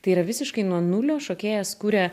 tai yra visiškai nuo nulio šokėjas kuria